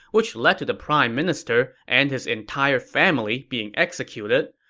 which led to the prime minister and his entire family being executed.